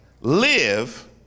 live